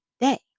day